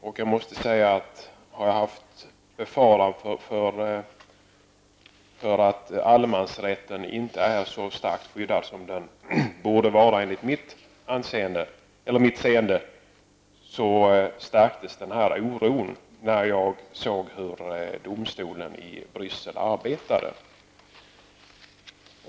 Har jag tidigare befarat att allemansrätten inte är så skyddad som den borde vara enligt mitt förmenande, så stärktes den oron när jag såg hur domstolen i Bryssel arbetade.